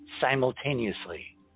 simultaneously